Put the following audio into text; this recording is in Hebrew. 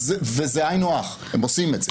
וזה היינו הך, הם עושים את זה.